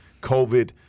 COVID